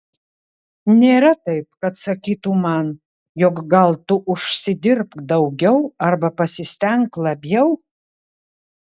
nėra taip kad sakytų man jog gal tu užsidirbk daugiau arba pasistenk labiau